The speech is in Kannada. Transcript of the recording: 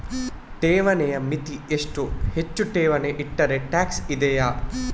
ಠೇವಣಿಯ ಮಿತಿ ಎಷ್ಟು, ಹೆಚ್ಚು ಠೇವಣಿ ಇಟ್ಟರೆ ಟ್ಯಾಕ್ಸ್ ಇದೆಯಾ?